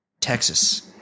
Texas